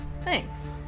Thanks